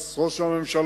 את ראש הממשלה,